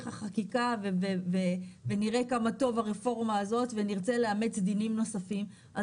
החקיקה ונראה כמה טוב הרפורמה הזאת ונרצה לאשר דינים נוספים,